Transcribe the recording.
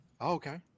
okay